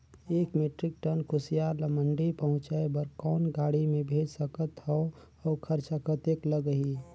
एक metric tonne कुसियार ल मंडी पहुंचाय बर कौन गाड़ी मे भेज सकत हव अउ खरचा कतेक लगही?